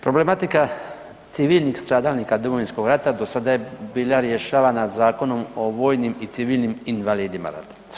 Problematika civilnih stradalnika Domovinskog rata do sada je bila rješavana Zakonom o vojnim i civilnim invalidima rata.